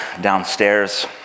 downstairs